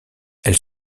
elle